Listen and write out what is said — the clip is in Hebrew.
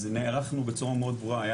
אז נערכנו בצורה מאוד ברורה,